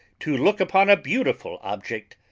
to look upon a beautiful object,